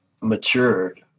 matured